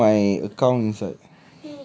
I will put my account inside